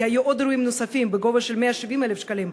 כי היו עוד אירועים נוספים בגובה של 170,000 שקלים,